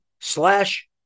slash